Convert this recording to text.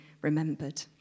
remembered